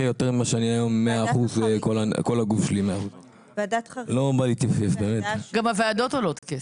יותר משאני היום שכל הגוף שלי 100%. גם הוועדות עולות כסף.